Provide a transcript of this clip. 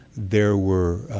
there were,